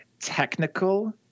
technical